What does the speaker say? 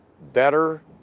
better